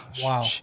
Wow